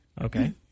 Okay